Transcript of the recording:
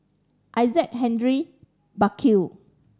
Isaac Henry Burkill